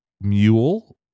mule